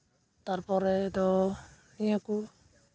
ᱛᱟᱨᱯᱚᱨᱮ ᱫᱚ ᱤᱭᱟᱹ ᱠᱚ